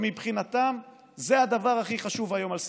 ומבחינתם זה הדבר הכי חשוב היום על סדר-היום.